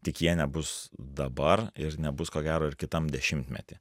tik jie nebus dabar ir nebus ko gero ir kitam dešimtmety